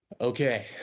okay